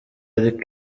ari